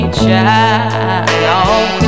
child